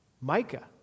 Micah